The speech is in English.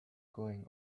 going